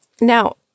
Now